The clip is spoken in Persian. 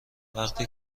وقتی